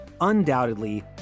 undoubtedly